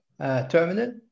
terminal